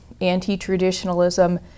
anti-traditionalism